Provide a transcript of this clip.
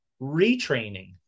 retraining